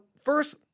first